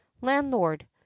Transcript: landlord